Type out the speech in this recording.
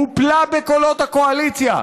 הופלה בקולות הקואליציה.